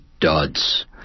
duds